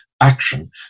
action